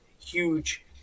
huge